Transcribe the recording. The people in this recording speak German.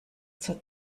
zur